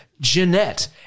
Jeanette